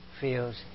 feels